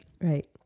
Right